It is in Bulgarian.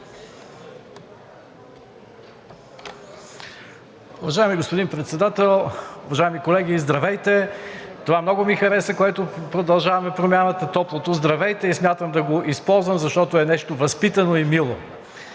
Уважаеми господин Председател, уважаеми колеги, здравейте! Това много ми хареса, което е от „Продължаваме Промяната“. Топлото „здравейте“ и смятам да го използвам, защото е нещо възпитано и мило.